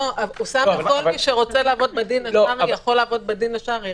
כל מי שרוצה לעבוד בדין השרעי יכול לעבוד בדין השרעי,